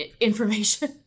information